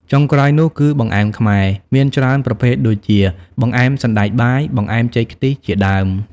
ចុងក្រោយនោះគឺ បង្អែមខ្មែរ មានច្រើនប្រភេទដូចជា បង្អែមសណ្តែកបាយ បង្អែមចេកខ្ទិះ ជាដើម ។